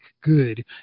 good